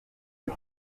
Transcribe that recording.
les